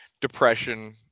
depression